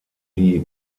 die